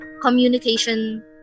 communication